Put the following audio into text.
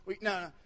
No